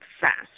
fast